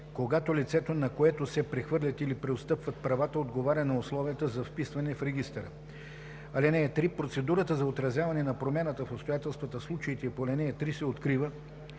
когато лицето, на което се прехвърлят или преотстъпват правата, отговаря на условията за вписване в регистъра. (3) Процедурата за отразяване на промяната в обстоятелствата в случаите по ал. 3 се открива